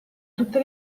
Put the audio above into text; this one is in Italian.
tutte